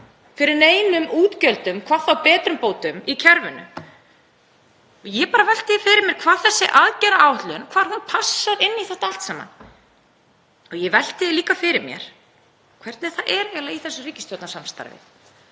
fyrir neinum útgjöldum, hvað þá betrumbótum í kerfinu. Ég velti því fyrir mér hvar þessi aðgerðaáætlun passar inn í þetta allt saman. Ég velti því líka fyrir mér hvernig það er eiginlega í þessu ríkisstjórnarsamstarfi,